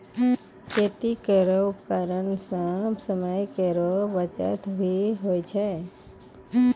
खेती क उपकरण सें समय केरो बचत भी होय छै